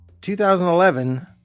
2011